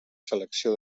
selecció